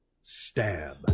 Stab